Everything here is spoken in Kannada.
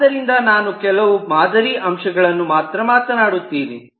ಆದ್ದರಿಂದ ನಾನು ಕೆಲವು ಮಾದರಿ ಅಂಶಗಳನ್ನು ಮಾತ್ರ ಮಾತನಾಡುತ್ತೆನೆ